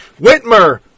Whitmer